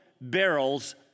barrels